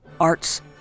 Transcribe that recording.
arts